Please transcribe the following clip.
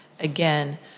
Again